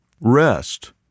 Rest